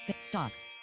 stocks